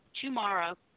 tomorrow